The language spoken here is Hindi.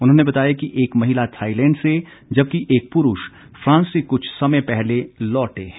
उन्होंने बताया कि एक महिला थाईलैंड से जबकि एक पुरूष फ्रांस से कुछ समय पहले लौटे हैं